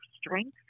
strength